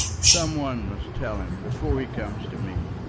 some one must tell him before he comes to me.